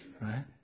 Right